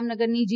જામનગરની જી